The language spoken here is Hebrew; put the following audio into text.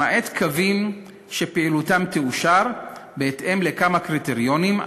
למעט קווים שפעילותם תאושר בהתאם לכמה קריטריונים,